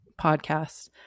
podcast